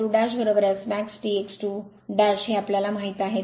r2S max T x 2हे आम्हाला माहित आहे